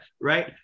right